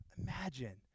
imagine